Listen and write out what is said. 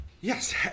Yes